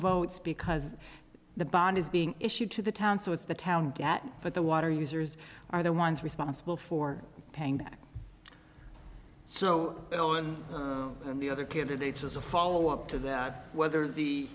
votes because the bond is being issued to the town so it's the town but the water users are the ones responsible for paying back so you know when the other candidates as a follow up to that whether the